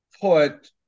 put